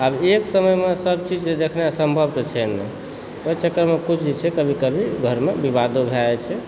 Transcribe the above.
आब एक समयमे सभ चीज तऽ देखनाइ सम्भव तऽ छै नहि ओहि चक्करमे किछु जे छै से कभी कभी घरमे विवादो भए जाइत छै